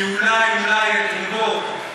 שאולי אולי את רובו,